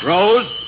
Rose